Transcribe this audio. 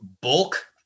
bulk